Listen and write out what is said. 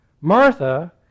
Martha